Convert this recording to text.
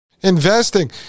Investing